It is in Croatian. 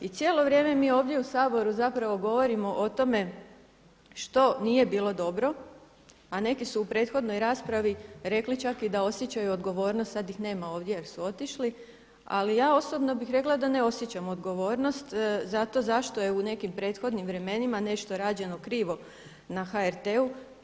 I cijelo vrijeme mi ovdje u Saboru zapravo govorimo o tome što nije bilo dobro, a neki su u prethodnoj raspravi rekli čak i da osjećaju odgovornost – sada ih nema ovdje jer su otišli – ali ja osobno bih rekla da ne osjećam odgovornost, zato što je u nekim prethodnim vremenima nešto rađeno krivo na HRT-u.